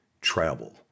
travel